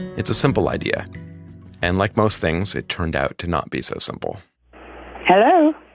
it's a simple idea and like most things, it turned out to not be so simple hello.